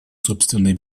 собственной